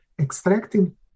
extracting